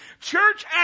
church